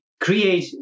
create